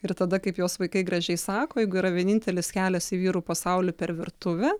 ir tada kaip jos vaikai gražiai sako jeigu yra vienintelis kelias į vyrų pasaulį per virtuvę